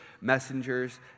messengers